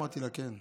אמרתי לה: כן.